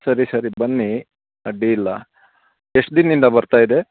ಸರಿ ಸರಿ ಬನ್ನಿ ಅಡ್ಡಿ ಇಲ್ಲ ಎಷ್ಟು ದಿನದಿಂದ ಬರ್ತಾ ಇದೆ